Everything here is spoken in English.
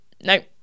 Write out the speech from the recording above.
nope